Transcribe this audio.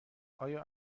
آیا